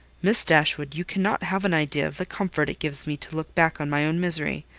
miss dashwood, you cannot have an idea of the comfort it gives me to look back on my own misery.